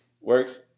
works